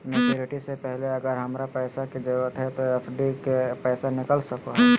Maturity से पहले अगर हमरा पैसा के जरूरत है तो एफडी के पैसा निकल सको है?